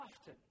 often